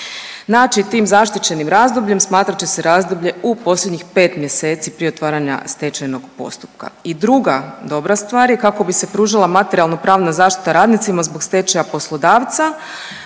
Znači tim zaštićenim razdobljem smatrat će se razdoblje u posljednjih 5 mjeseci prije otvaranja stečajnog postupka. I druga dobra stvar je kako bi se pružila materijalno-pravna zaštita radnicima zbog stečaja poslodavca,